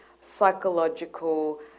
psychological